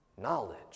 knowledge